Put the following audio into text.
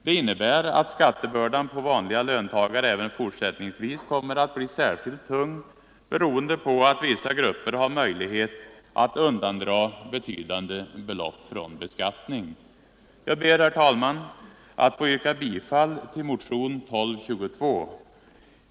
Det innebär att skattebördan på vanliga löntagare även fortsättningsvis kommer att bli särskilt tung beroende på att vissa grupper har möjlighet att undandra betydande belopp från beskattning. Jag ber, herr talman, att få yrka bifall till motionen 1222.